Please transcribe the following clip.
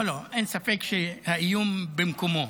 לא לא, אין ספק שהאיום במקומו.